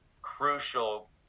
crucial